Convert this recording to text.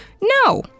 No